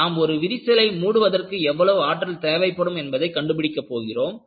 ஆனால் நாம் ஒரு விரிசலை மூடுவதற்கு எவ்வளவு ஆற்றல் தேவைப்படும் என்பதை கண்டுபிடிக்க போகிறோம்